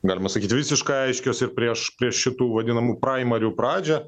galima sakyti visiškai aiškios ir prieš prie šitų vadinamų praimarių pradžią